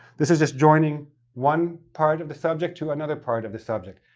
this is just joining one part of the subject to another part of the subject.